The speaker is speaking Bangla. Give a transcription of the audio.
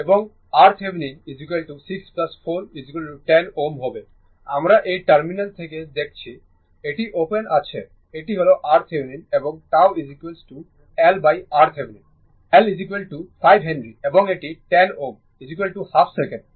এবং RThevenin 6 4 10 Ω হবে আমরা এই টার্মিনাল থেকে দেখছি এটি ওপেন আছে এটি হল RThevenin এবং τ LRThevenin L 5 হেনরি এবং এটি 10 Ω হাফ সেকেন্ড